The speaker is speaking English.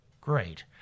Great